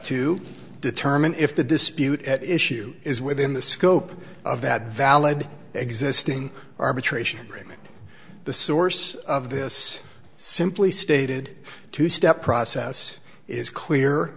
to determine if the dispute at issue is within the scope of that valid existing arbitration agreement the source of this simply stated two step process is clear